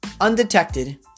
undetected